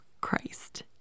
Christ